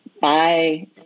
bye